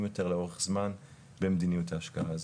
יותר לאורך זמן במדיניות ההשקעה הזו.